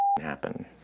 happen